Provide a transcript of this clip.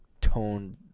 tone